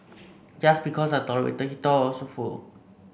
just because I tolerated he thought I was a fool